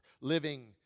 living